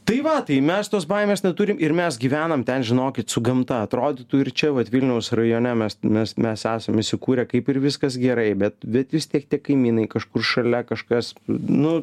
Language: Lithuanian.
tai va tai mes tos baimės neturim ir mes gyvenam ten žinokit su gamta atrodytų ir čia vat vilniaus rajone mes mes mes esam įsikūrę kaip ir viskas gerai bet bet vis tiek tie kaimynai kažkur šalia kažkas nu